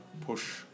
push